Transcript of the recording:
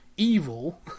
evil